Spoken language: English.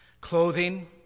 Clothing